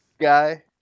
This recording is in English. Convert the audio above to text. guy